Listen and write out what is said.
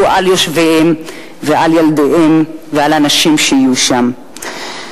על יושביהם ועל ילדיהם ועל אנשים שיהיו שם.